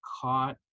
caught